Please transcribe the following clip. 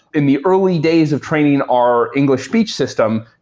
in the early days of training our english speech system,